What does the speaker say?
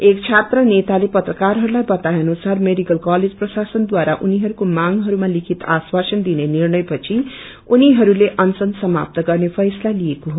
एक छात्रा नेताले पत्रकारहरूलाई बताए अनुसार मेडिकल कलेज प्रशासनद्वारा उनीहरूको मांगहरूमा लिखित आश्वासन दिने निष्ट्रय पछि उनीहरूले अनश्वन समाप्त गर्ने फैसला लिएको हो